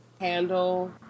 handle